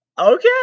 Okay